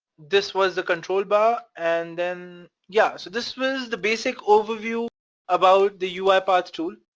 this was the control bar, and then yeah. so this was the basic overview about the uipath tool,